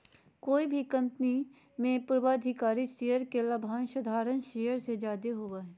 कोय भी कंपनी मे पूर्वाधिकारी शेयर के लाभांश साधारण शेयर से जादे होवो हय